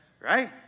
Right